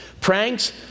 Pranks